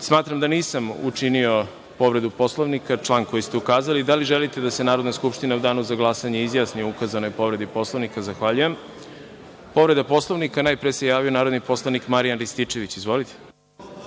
Smatram da nisam učinio povredu Poslovnika na član koji ste ukazali. Da li želite da se Narodna skupština u danu za glasanje izjasni o ukazanoj povredi Poslovnika? Zahvaljujem. Povreda Poslovnika, najpre se javio narodni poslanik Marijan Rističević. Izvolite.